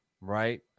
right